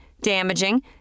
DAMAGING